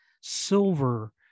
silver